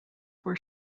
were